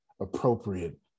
appropriate